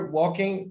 walking